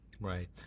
Right